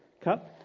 cup